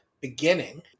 beginning